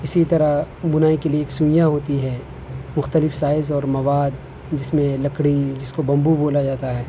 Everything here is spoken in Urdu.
اسی طرح بنائی کے لیے ایک سوئیاں ہوتی ہے مختلف سائز اور مواد جس میں لکڑی جس کو بمبو بولا جاتا ہے